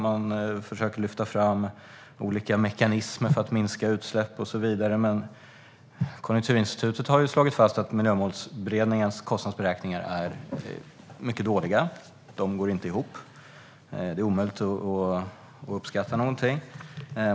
Man försöker lyfta fram olika mekanismer för att minska utsläpp och så vidare. Men Konjunkturinstitutet har slagit fast att Miljömålsberedningens kostnadsberäkningar är mycket dåliga. De går inte ihop. Det är omöjligt att uppskatta någonting.